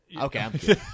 Okay